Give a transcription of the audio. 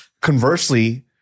conversely